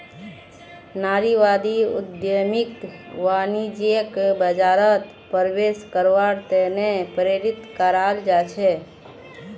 नारीवादी उद्यमियक वाणिज्यिक बाजारत प्रवेश करवार त न प्रेरित कराल जा छेक